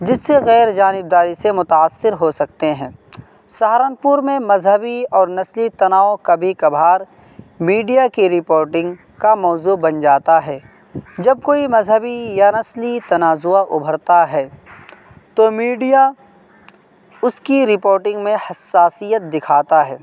جس سے غیر جانب داری سے متاثر ہو سکتے ہیں سہارنپور میں مذہبی اور نسلی تناؤ کبھی کبھار میڈیا کی رپوٹنگ کا موضوع بن جاتا ہے جب کوئی مذہبی یا نسلی تنازع ابھرتا ہے تو میڈیا اس کی رپوٹنگ میں حساسیت دکھاتا ہے